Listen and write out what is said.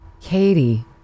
Katie